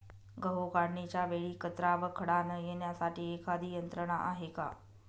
गहू काढणीच्या वेळी कचरा व खडा न येण्यासाठी एखादी यंत्रणा आहे का?